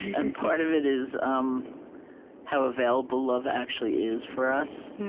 and part of it is um how available love actually is, for us,